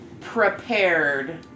prepared